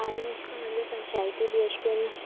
आनी अशें करून आमच्या पंचायती बी अशें करून